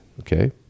okay